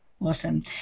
Awesome